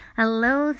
Hello